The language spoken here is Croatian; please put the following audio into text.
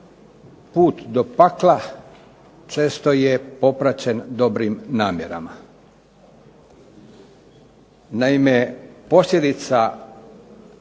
Put do pakla često je popraćen dobrim namjerama. Naime, posljedica